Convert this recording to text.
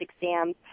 exams